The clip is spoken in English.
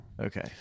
Okay